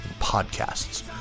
podcasts